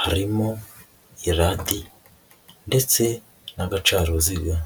harimo irati ndetse n'agacaruziga.